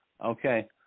Okay